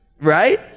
Right